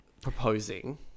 proposing